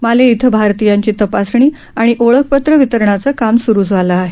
माले धिं भारतियांची तपासणी आणि ओळखपत्र वितरणाचं काम सुरू झालं आहे